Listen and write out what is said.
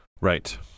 Right